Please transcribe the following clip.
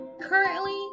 currently